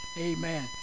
Amen